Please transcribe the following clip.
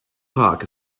park